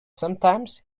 sometimes